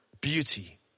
beauty